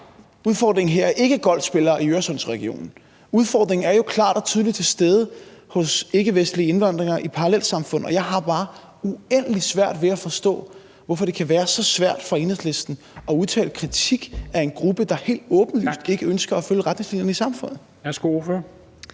udfordringen er ikke golfspillere i Øresundsregionen; udfordringen er jo klart og tydeligt til stede hos ikkevestlige indvandrere i parallelsamfund. Og jeg har bare uendelig svært ved at forstå, hvorfor det kan være så svært for Enhedslisten at udtale kritik af en gruppe, der helt åbenlyst ikke ønsker at følge retningslinjerne i samfundet. Kl.